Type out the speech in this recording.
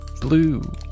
Blue